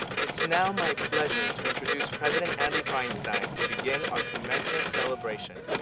it's now my pleasure to introduce president andy feinstein to begin our commencement celebration.